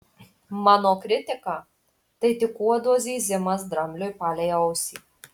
mano kritika tai tik uodo zyzimas drambliui palei ausį